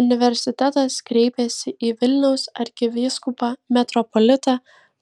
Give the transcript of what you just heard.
universitetas kreipėsi į vilniaus arkivyskupą metropolitą